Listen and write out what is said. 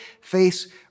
face